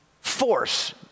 force